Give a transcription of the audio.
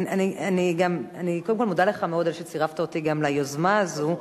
אני קודם כול מודה לך מאוד על שצירפת אותי ליוזמה הזאת.